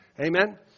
Amen